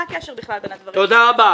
מה הקשר בכלל בין הדברים האלה?